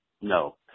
No